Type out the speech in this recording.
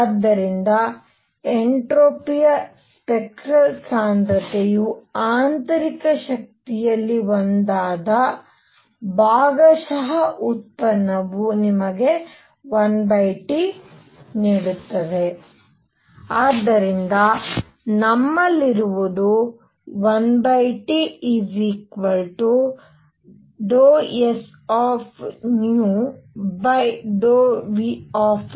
ಆದ್ದರಿಂದ ಎನ್ಟ್ರೋಪಿಯ ಸ್ಪೆಕ್ಟ್ರಲ್ ಸಾಂದ್ರತೆಯು ಆಂತರಿಕ ಶಕ್ತಿಯಲ್ಲಿ ಒಂದಾದ ಭಾಗಶಃ ಉತ್ಪನ್ನವು ನಿಮಗೆ 1T ನೀಡುತ್ತದೆ ಆದ್ದರಿಂದ ನಮ್ಮಲ್ಲಿರುವುದು 1T∂sν∂uν